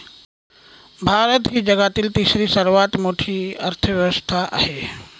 भारत ही जगातील तिसरी सर्वात मोठी अर्थव्यवस्था आहे